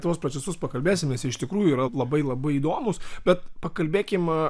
tuos procesus pakalbėsim nes jie iš tikrųjų yra labai labai įdomūs bet pakalbėkim